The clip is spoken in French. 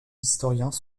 historiens